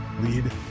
Lead